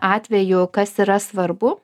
atveju kas yra svarbu